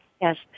Yes